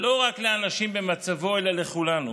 לא רק לאנשים במצבו אלא לכולנו,